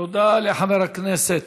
תודה לחבר הכנסת